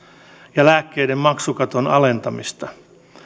ja lääkkeiden maksukaton alentamista